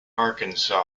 arkansas